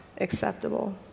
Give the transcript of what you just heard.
acceptable